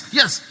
yes